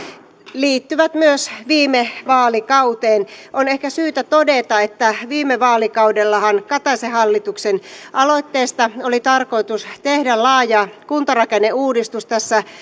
liittyvät myös viime vaalikauteen on ehkä syytä todeta että viime vaalikaudellahan kataisen hallituksen aloitteesta oli tarkoitus tehdä laaja kuntarakenneuudistus tässä